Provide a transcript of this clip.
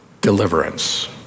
deliverance